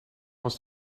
was